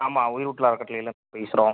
ஆமாம் உயிரூட்டல் அறக்கட்டளைலேருந்து பேசுகிறோம்